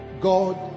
God